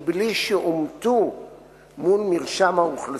בלי שאומתו מול מרשם האוכלוסין.